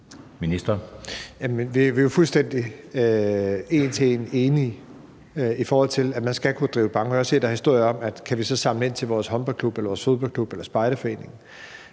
Bruus): Vi er jo fuldstændig en til en enige, i forhold til at man skal kunne drive banko. Jeg har også set, at der er historier om, om man så kan samle ind til ens håndboldklub eller fodboldklub eller spejderforening,